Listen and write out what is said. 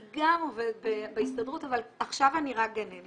אני גם עובדת בהסתדרות אבל עכשיו אני רק גננת.